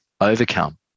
overcome